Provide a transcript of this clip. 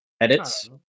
Edits